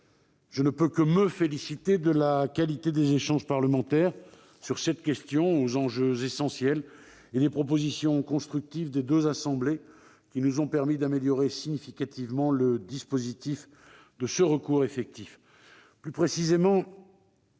Je ne peux que me féliciter de la qualité des échanges parlementaires sur cette question aux enjeux essentiels et des propositions constructives des deux assemblées, qui nous ont permis d'améliorer significativement le dispositif de ce recours effectif. Plus précisément,